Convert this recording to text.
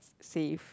safe